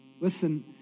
listen